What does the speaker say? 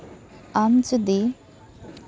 ᱟᱢ ᱡᱩᱫᱤ